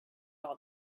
all